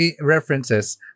references